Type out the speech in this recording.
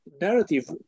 narrative